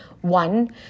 One